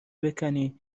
بکنی